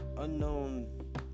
unknown